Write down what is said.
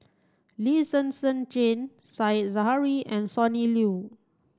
Lee Zhen Zhen Jane Said Zahari and Sonny Liew